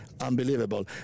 unbelievable